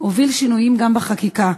אוביל שינויים גם בחקיקה,